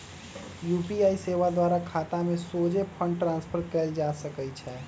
UPI सेवा द्वारा खतामें सोझे फंड ट्रांसफर कएल जा सकइ छै